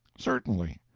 certainly.